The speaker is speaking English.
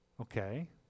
Okay